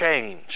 change